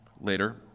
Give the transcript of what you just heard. later